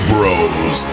Bros